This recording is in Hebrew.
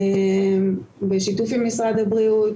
בשיתוף עם משרד הבריאות,